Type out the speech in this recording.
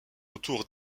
autour